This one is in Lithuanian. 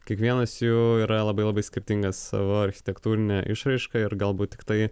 kiekvienas jų yra labai labai skirtingas savo architektūrine išraiška ir galbūt tiktai